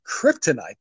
kryptonite